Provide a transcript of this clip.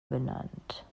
benannt